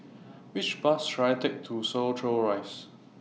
Which Bus should I Take to Soo Chow Rise